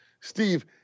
Steve